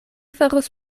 faros